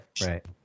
Right